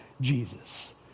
jesus